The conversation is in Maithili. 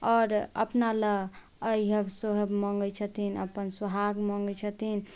आओर अपना लाए अइहब सोहब मँगै छथिन अपन सुहाग मँगै छथिन